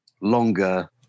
longer